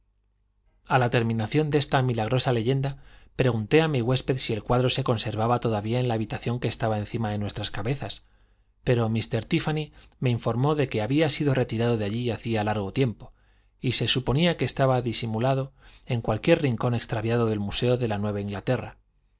a la terminación de esta milagrosa leyenda pregunté a mi huésped si el cuadro se conservaba todavía en la habitación que estaba encima de nuestras cabezas pero mr tíffany me informó de que había sido retirado de allí hacía largo tiempo y se suponía que estaba disimulado en cualquier rincón extraviado del museo de la nueva inglaterra